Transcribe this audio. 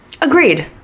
agreed